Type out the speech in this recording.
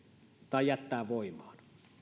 tai jättää voimaan